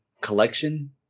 collection